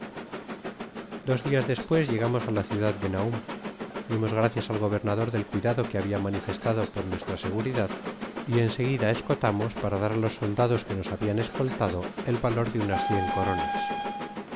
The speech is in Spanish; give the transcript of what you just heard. dos dias despues llegamos á la ciudad de nañm dimos gracias al gobernador del cuidado que habia manifes tadopor nuestra seguridad y en seguida escotamos para dar á los soldados que nos habian escoltado el valor de unas cien coronas